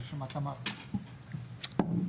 אין?